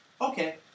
okay